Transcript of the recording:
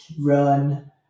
run